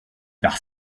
par